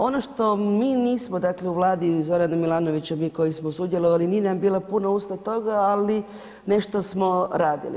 Ono što mi nismo, dakle u Vladi Zorana Milanovića, mi koji smo sudjelovali nije nam bila usta toga, ali nešto smo radili.